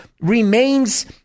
remains